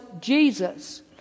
Jesus